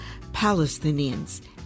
Palestinians